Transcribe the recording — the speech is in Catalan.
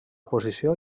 posició